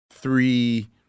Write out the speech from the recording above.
three